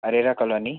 Arera colony